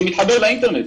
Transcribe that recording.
שמתחבר לאינטרנט,